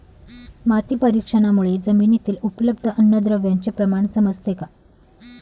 माती परीक्षणामुळे जमिनीतील उपलब्ध अन्नद्रव्यांचे प्रमाण समजते का?